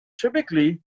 typically